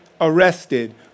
arrested